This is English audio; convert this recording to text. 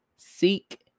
Seek